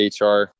HR